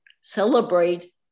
celebrate